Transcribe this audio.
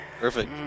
Perfect